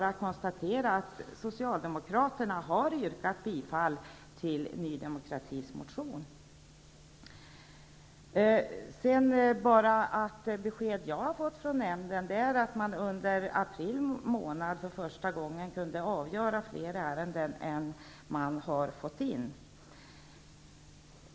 Jag konstaterar att Socialdemokraterna har yrkat bifall till Ny demokratis motion. Enligt de besked som jag har fått från nämnden har man under april månad för första gången kunnat fatta beslut i fler ärenden än man fått in.